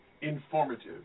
informative